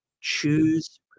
choose